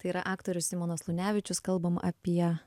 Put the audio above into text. tai yra aktorius simonas lunevičius kalbam apie